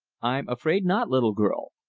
i'm afraid not, little girl.